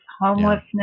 homelessness